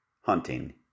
hunting